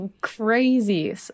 crazy